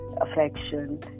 affection